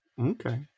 Okay